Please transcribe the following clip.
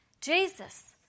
Jesus